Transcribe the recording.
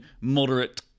moderate